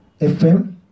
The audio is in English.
FM